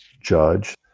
judge